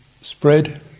spread